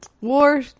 War